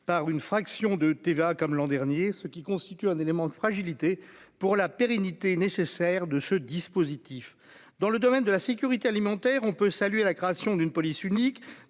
par une fraction de TVA, comme l'an dernier, ce qui constitue un élément de fragilité pour la pérennité nécessaire de ce dispositif dans le domaine de la sécurité alimentaire, on peut saluer la création d'une police unique